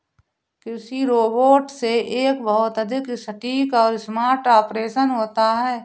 कृषि रोबोट से एक बहुत अधिक सटीक और स्मार्ट ऑपरेशन होता है